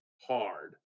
hard